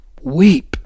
weep